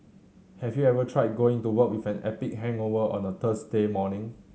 have you ever tried going to work with an epic hangover on a Thursday morning